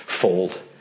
fold